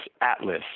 Atlas